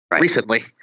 recently